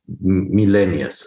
millennia